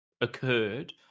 occurred